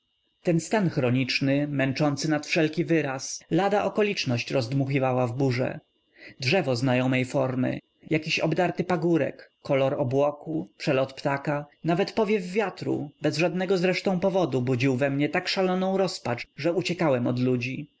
ten stan chroniczny męczący nad wszelki wyraz lada okoliczność rozdmuchiwała w burzę drzewo znajomej formy jakiś obdarty pagórek kolor obłoku przelot ptaka nawet powiew wiatru bez żadnego zresztą powodu budził we mnie tak szaloną rozpacz że uciekałem od ludzi